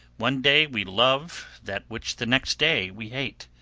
one day we love that which the next day we hate.